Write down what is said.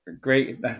Great